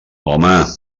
home